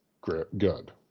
good